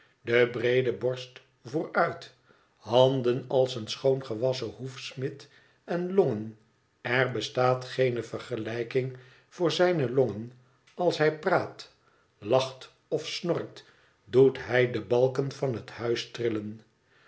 de breede borst vooruit handen als een schoon gewasschen hoefsmid en longen er bestaat geene vergelijking voor zijne iongen als hij praat lacht of snorkt doet hij de balken van het